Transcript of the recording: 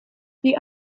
die